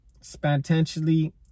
spontaneously